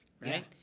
right